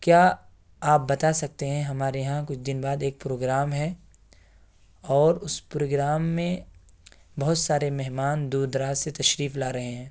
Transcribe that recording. کیا آپ بتا سکتے ہیں ہمارے یہاں کچھ دن بعد ایک پروگرام ہے اور اس پروگرام میں بہت سارے مہمان دور دراز سے تشریف لا رہے ہیں